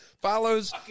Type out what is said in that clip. follows